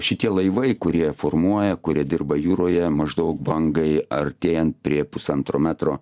šitie laivai kurie formuoja kurie dirba jūroje maždaug bangai artėjan prie pusantro metro